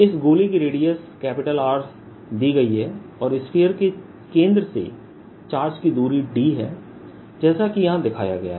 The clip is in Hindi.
इस गोले की रेडियस R दी गई है और स्फीयर के केंद्र से चार्ज की दूरी d है जैसा कि यहाँ दिखाया गया है